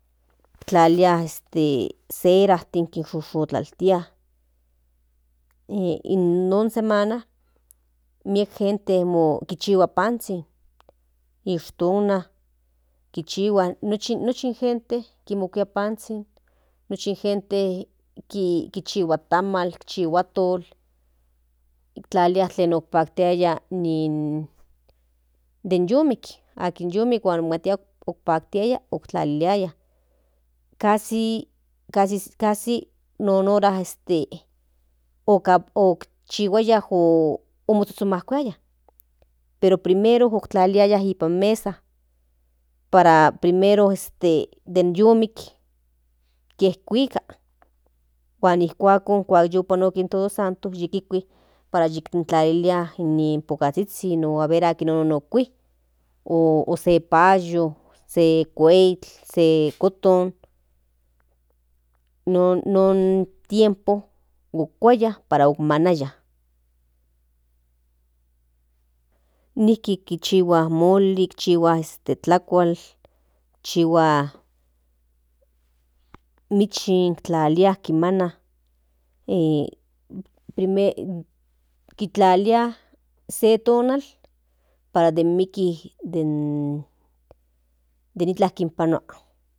tlalia cera de kinshoshotlaltia non semana miek gente kichihua panzhin ishtona kichihua nochi in gente kimokuia panzhin nochi gente kichihua tamal chihua atol tlalilia tlen opaktiaya den y ik huan omatiaya otlaliliaya casi non hora otlalchihuayha amazhozhomakuiaya pero primero oktlaliaya nipan mesa para primero den este y ik kehkuika huan ijkuakon kuak yo panoske den todo santo yikuiki para yikintlalilia ni pokazhizhin o aver akinonon okui o se payo se kuei se koton non tiempo okuaya para onmamaya nijki kichihua moli chihua tlakual chihua michin tlalia kimana primero titlalia se tonal para den miki den ikaln kinpanua.